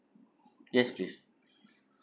yes please